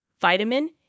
vitamin